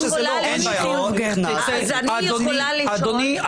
אני יכולה --- אדוני --- אז אני יכולה לשאול --- אדוני,